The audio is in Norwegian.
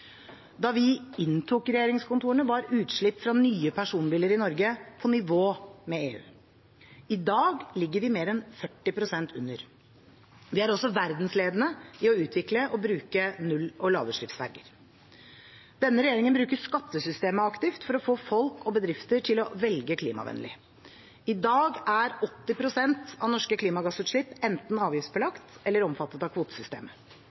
Da vi inntok regjeringskontorene, var utslipp fra nye personbiler i Norge på nivå med EU. I dag ligger vi mer enn 40 pst. under. Vi er også verdensledende i å utvikle og bruke null- og lavutslippsferger. Denne regjeringen bruker skattesystemet aktivt for å få folk og bedrifter til å velge klimavennlig. I dag er 80 pst. av norske klimagassutslipp enten avgiftsbelagt eller omfattet av kvotesystemet,